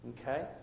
okay